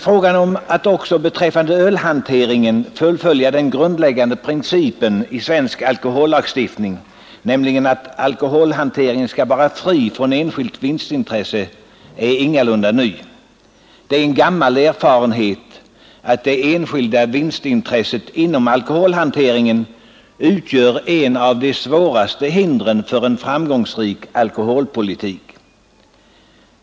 Frågan om att också beträffande ölhanteringen fullfölja den grundläggande principen i svensk alkohollagstiftning, nämligen att alkoholhanteringen skall vara fri från enskilt vinstintresse, är ingalunda ny. Det är en gammal erfarenhet att det enskilda vinstintresset inom alkoholhanteringen utgör ett av de svåraste hindren för en framgångsrik alkoholpolitik.